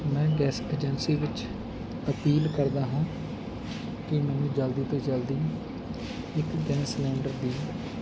ਮੈਂ gas agency ਵਿੱਚ appeal ਕਰਦਾ ਹਾਂ ਕਿ ਮੈਨੂੰ ਜਲਦੀ ਤੋਂ ਜਲਦੀ ਇੱਕ ਗੈਸ ਸਲੰਡਰ ਦੀ